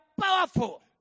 powerful